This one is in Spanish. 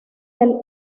del